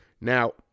Now